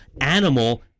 animal